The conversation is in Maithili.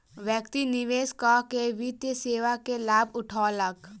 व्यक्ति निवेश कअ के वित्तीय सेवा के लाभ उठौलक